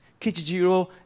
Kichijiro